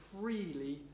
freely